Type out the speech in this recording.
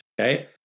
Okay